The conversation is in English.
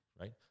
right